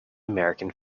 american